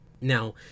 Now